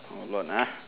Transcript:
hold on uh